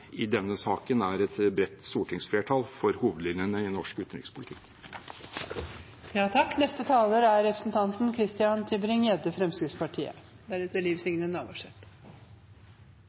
i denne saken er et bredt stortingsflertall for hovedlinjene i norsk utenrikspolitikk.